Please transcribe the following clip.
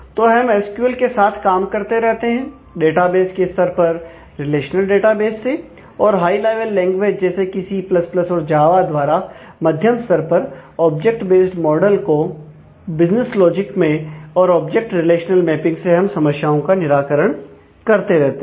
तो हम एसक्यूएल के साथ काम करते रहते हैं डेटाबेस के स्तर पर रिलेशनल डेटाबेस से और हाई लेवल लैंग्वेज जैसे कि सी प्लस प्लस और जावा द्वारा मध्यम स्तर पर ऑब्जेक्ट बेस्ट मॉडल को बिजनेस लॉजिक में और ऑब्जेक्ट रिलेशनल मैपिंग से हम समस्याओं का निराकरण करते रहते हैं